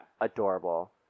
adorable